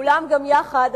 כולם גם יחד,